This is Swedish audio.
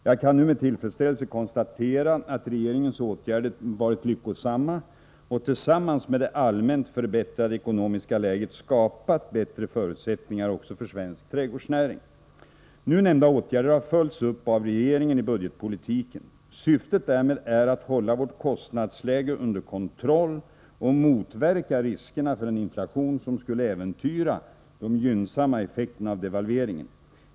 Jag kan nu med tillfredsställelse konstatera att regeringens åtgärder varit lyckosamma och tillsammans med det allmänt förbättrade ekonomiska läget skapat bättre förutsättningar också för svensk trädgårdsnäring. Nu nämnda åtgärder har följts upp av regeringen i budgetpolitiken. Syftet därmed är att hålla vårt kostnadsläge under kontroll och motverka riskerna för en inflation som skulle äventyra de gynnsamma effekterna av devalveringen.